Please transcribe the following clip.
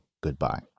goodbye